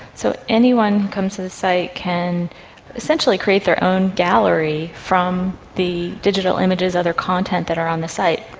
so anyone comes to the site can essentially create their own gallery from the digital images, other content that are on the site,